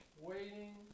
waiting